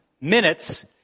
minutes